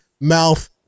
mouth